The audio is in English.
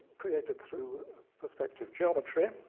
created through perspective geometry.